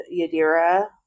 Yadira